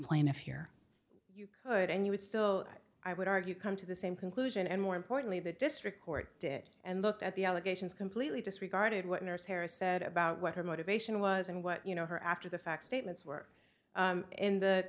plaintiff here you could and you would still i would argue come to the same conclusion and more importantly the district court did and looked at the allegations completely disregarded what nurse sarah said about what her motivation was and what you know her after the fact statements were in the